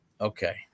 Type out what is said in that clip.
Okay